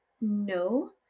no